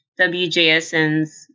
WJSN's